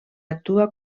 actua